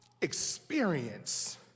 experience